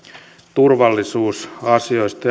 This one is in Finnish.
turvallisuusasioista